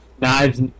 Knives-